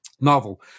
novel